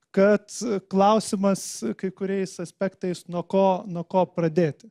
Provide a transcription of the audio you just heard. kad klausimas kai kuriais aspektais nuo ko nuo ko pradėti